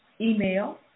email